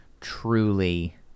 truly